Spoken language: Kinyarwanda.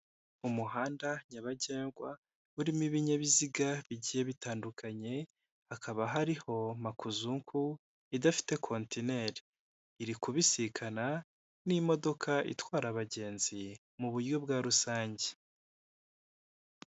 Umuhanda nyabagendwa urimo ibinyabiziga bigiye bitandukanye, hakaba hariho makuzuku idafite contineri, iri kubisikana n'imodoka itwara abagenzi mu buryo bwa rusange.